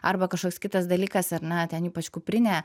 arba kažkoks kitas dalykas ar ne ten ypač kuprinė